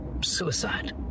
Suicide